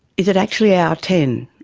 is it actually hour ten?